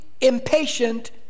impatient